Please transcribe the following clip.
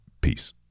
peace